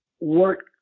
work